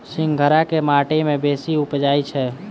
सिंघाड़ा केँ माटि मे बेसी उबजई छै?